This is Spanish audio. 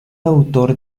autor